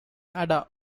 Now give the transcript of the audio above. ada